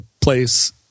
place